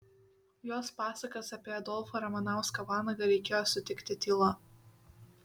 jos pasakas apie adolfą ramanauską vanagą reikėjo sutikti tyla